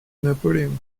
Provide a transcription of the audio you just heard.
napoléon